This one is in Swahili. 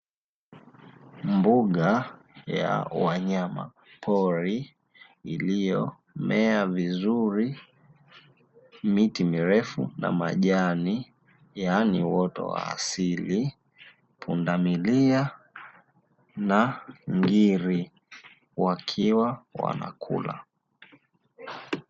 Mbuga ya wanyamapori iliyomea vizuri miti mirefu na majani yaani uoto wa asili, pundamilia na ngiri wakiwa wanakula.